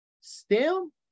STEM